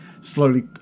slowly